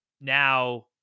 now